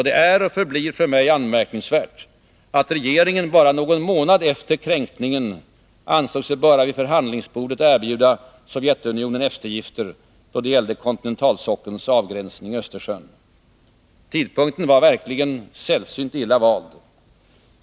Det är och förblir för mig anmärkningsvärt att regeringen bara någon månad efter kränkningen ansåg sig böra vid förhandlingsbordet erbjuda Sovjetunionen eftergifter då det gällde kontinentalsockelns avgränsning i Östersjön. Tidpunkten var verkligen sällsynt illa vald.